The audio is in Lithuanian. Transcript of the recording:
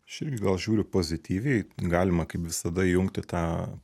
aš irgi gal žiūriu pozityviai galima kaip visada įjungti tą